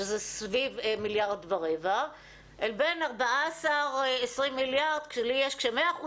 שזה סביב מיליארד ורבע בין 14 ל-20 מיליארד כשלי יש כש-100%